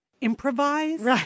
improvise